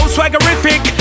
Swaggerific